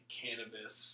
cannabis